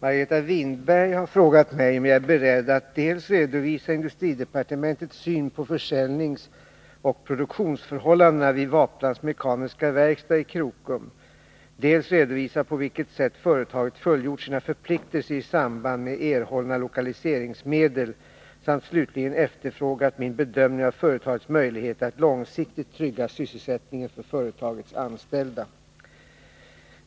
Margareta Winberg har frågat mig om jag är beredd att dels redovisa industridepartementets syn på försäljningsoch produktionsförhållandena vid Waplans Mekaniska Verkstad i Krokom, dels redovisa på vilket sätt företaget fullgjort sina förpliktelser i samband med erhållna lokaliseringsmedel samt slutligen efterfrågat min bedömning av företagets möjligheter att långsiktigt trygga sysselsättningen för företagets anställda.